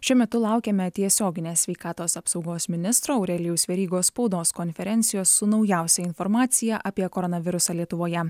šiuo metu laukiame tiesioginės sveikatos apsaugos ministro aurelijaus verygos spaudos konferencijos su naujausia informacija apie koronavirusą lietuvoje